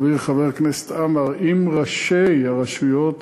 חברי חבר הכנסת עמאר, עם ראשי הרשויות,